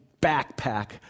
backpack